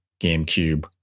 GameCube